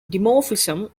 dimorphism